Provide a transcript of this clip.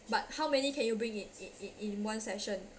but how many can you bring in in in in one session